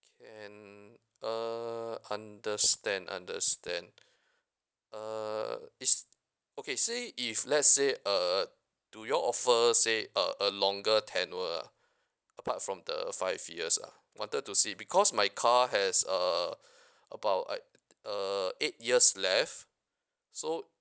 can uh understand understand uh is okay say if let's say uh do you all offer say uh a longer tenure ah apart from the five years ah wanted to see because my car has uh about like uh eight years left so